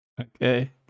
Okay